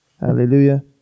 Hallelujah